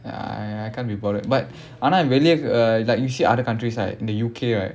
ya I I can't be bothered but ஆனா வெளிய:aanaa veliya uh like you see other countries like the U_K right